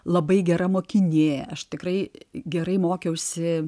labai gera mokinė aš tikrai gerai mokiausi